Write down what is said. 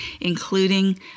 including